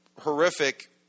horrific